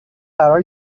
قرار